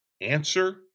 Answer